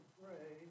pray